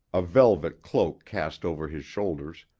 a velvet cloak cast over his shoulders,